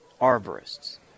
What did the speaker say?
arborists